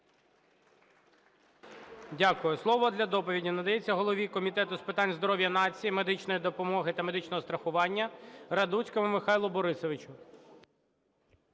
Дякую. Слово для доповіді надається голові Комітету з питань здоров'я нації, медичної допомоги та медичного страхування Радуцькому Михайлу Борисовичу.